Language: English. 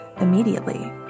immediately